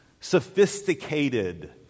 sophisticated